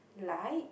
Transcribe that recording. like